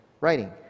writing